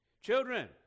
children